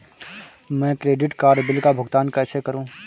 मैं credit card bill का भुगतान कैसे करूं?